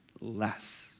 less